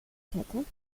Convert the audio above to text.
verzetten